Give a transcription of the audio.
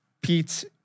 Pete